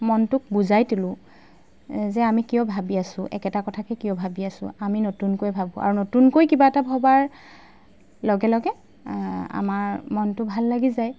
মনটোক বুজাই তোলোঁ যে আমি কিয় ভাবি আছোঁ একেটা কথাকে কিয় ভাবি আছোঁ আমি নতুনকৈ ভাবোঁ আৰু নতুনকৈ কিবা এটা ভবাৰ লগে লগে আমাৰ মনটো ভাল লাগি যায়